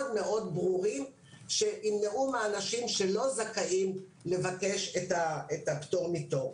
מאוד ברורים שימנעו מאנשים שלא זכאים לבקש את הפטור מתור.